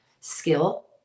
skill